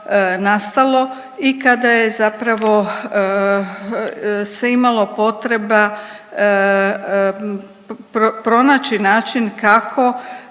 nastalo i kada je zapravo se imalo potreba pronaći način kako